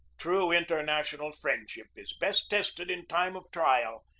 true international friendship is best tested in time of trial,